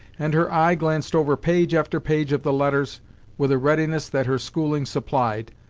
and her eye glanced over page after page of the letters with a readiness that her schooling supplied,